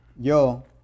Yo